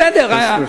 בסדר.